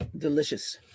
Delicious